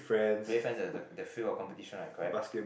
the the the field of competition right correct